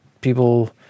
people